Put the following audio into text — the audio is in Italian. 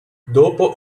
dopo